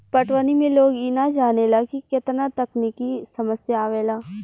पटवनी में लोग इ ना जानेला की केतना तकनिकी समस्या आवेला